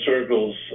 circles